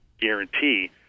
guarantee